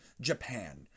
Japan